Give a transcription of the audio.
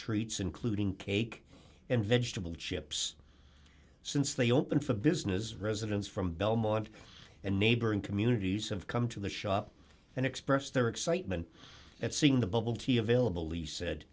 treats including cake and vegetable chips since they opened for business residents from belmont and neighboring communities have come to the shop and expressed their excitement at seeing the bubble tea available e said